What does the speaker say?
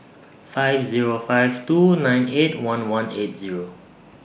five Zero five two nine eight one one eight Zero